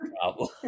problem